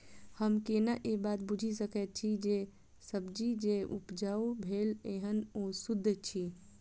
हम केना ए बात बुझी सकैत छी जे सब्जी जे उपजाउ भेल एहन ओ सुद्ध अछि?